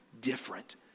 different